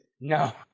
No